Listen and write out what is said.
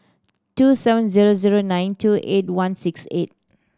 two seven zero zero nine two eight one six eight